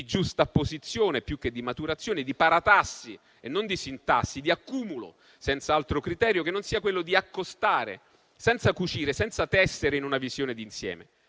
di giustapposizione più che di maturazione, di paratassi e non di sintassi, di accumulo senz'altro criterio che non sia quello di accostare, senza cucire e senza tessere in una visione di insieme.